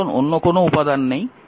কারণ অন্য কোনও উপাদান নেই